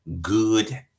good